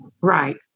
Right